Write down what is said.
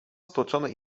stłoczone